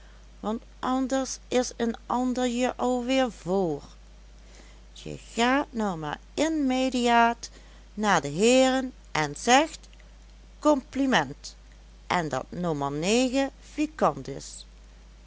want anders is een ander je alweer vr je gaat nou maar in mediaat naar de heeren en zegt compliment en dat nommer negen fikant is